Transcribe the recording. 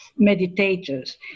meditators